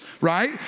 Right